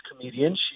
comedian